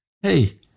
Hey